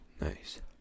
Nice